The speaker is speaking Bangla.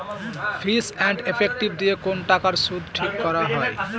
ফিস এন্ড ইফেক্টিভ দিয়ে কোন টাকার সুদ ঠিক করা হয়